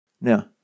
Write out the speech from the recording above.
Now